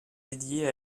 dédié